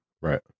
Right